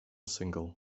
single